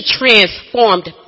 transformed